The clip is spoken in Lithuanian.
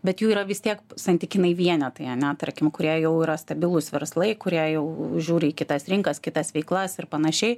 bet jų yra vis tiek santykinai vienetai ane tarkim kurie jau yra stabilūs verslai kurie jau žiūri į kitas rinkas kitas veiklas ir panašiai